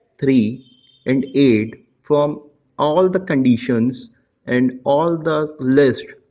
three and eight from all the conditions and all the list,